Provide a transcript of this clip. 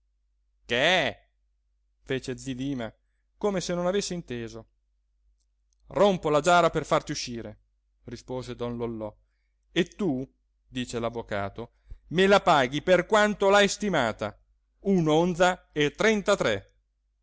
che fece zi dima come se non avesse inteso rompo la giara per farti uscire rispose don lollò e tu dice l'avvocato me la paghi per quanto l'hai stimata un'onza e trentatré